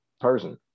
person